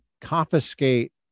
confiscate